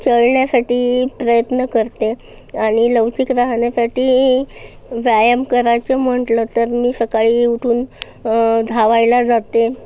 चढण्यासाठी प्रयत्न करते आणि लवचिक राहण्यासाठी व्यायाम करायचे म्हटलं तर मी सकाळी उठून धावायला जाते